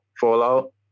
Fallout